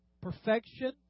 perfection